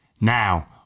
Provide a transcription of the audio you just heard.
Now